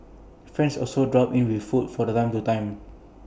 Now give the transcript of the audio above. friends also drop in with food from time to time